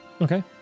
Okay